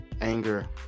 anger